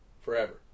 forever